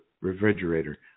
refrigerator